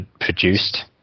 produced